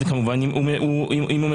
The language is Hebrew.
כמובן א הוא מחוסן.